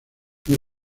muy